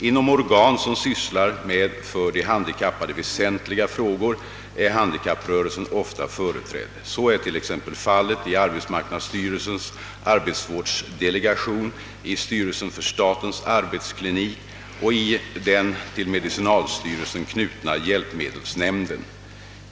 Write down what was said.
Inom organ, som sysslar med för de handikappade väsentliga frågor, är handikapprörelsen ofta företrädd. Så är t.ex. fallet i arbetsmarknadsstyrelsens arbetsvårdsdelegation, i styrelsen för statens arbetsklinik och i den till medicinalstyrelsen knutna hjälpmedelsnämnden.